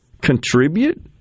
contribute